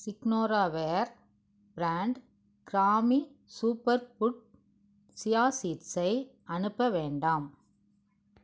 Signoraware brand கிராமி super food chia சீட்ஸை அனுப்ப வேண்டாம்